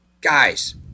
Guys